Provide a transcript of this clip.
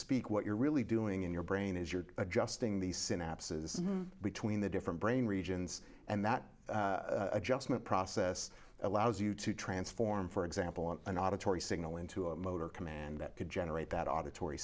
speak what you're really doing in your brain is you're adjusting the synapses between the different brain regions and that adjustment process allows you to transform for example on an auditory signal into a motor command that could generate that auditory